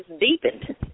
deepened